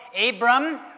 Abram